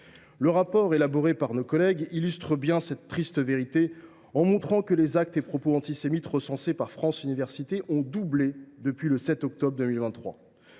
Le rapport élaboré par nos collègues illustre bien cette triste vérité en montrant que les actes et propos antisémites recensés par France Universités ont doublé depuis le 7 octobre 2023.